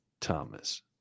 Thomas